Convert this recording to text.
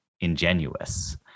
ingenuous